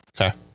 Okay